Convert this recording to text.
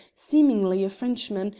seemingly a frenchman,